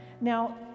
Now